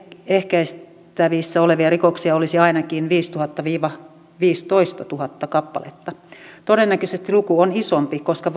ehkäistävissä olevia rikoksia olisi ainakin viisituhatta viiva viisitoistatuhatta kappaletta todennäköisesti luku on isompi koska